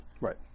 Right